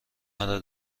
مرا